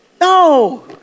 No